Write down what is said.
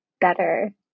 better